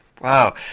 Wow